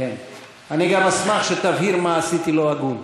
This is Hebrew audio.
אני גם אשמח שתבהיר מה עשיתי לא הגון.